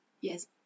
Yes